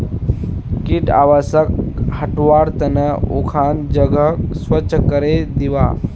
कीट आवासक हटव्वार त न उखन जगहक स्वच्छ करे दीबा